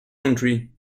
country